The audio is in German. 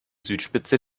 südspitze